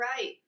right